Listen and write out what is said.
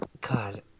God